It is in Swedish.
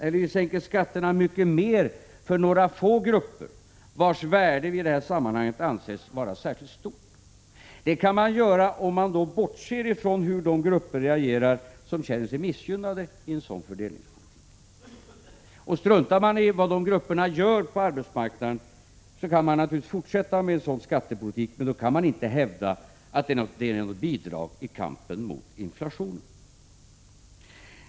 Eller: Vi sänker skatterna mycket mer för några få grupper, vilkas värde i det här sammanhanget anses vara särskilt stort. Det kan man göra om man bortser från hur de grupper reagerar som känner sig missgynnade av en sådan fördelningspolitik. Struntar man i vad de grupperna gör på arbetsmarknaden, kan man naturligtvis fortsätta med en sådan skattepolitik, men då kan man inte hävda att den är något bidrag till kampen mot inflationen.